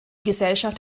gesellschaft